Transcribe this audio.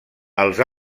els